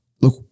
look